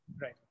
Right